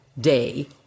day